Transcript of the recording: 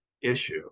issue